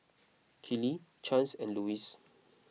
Kellee Chance and Louis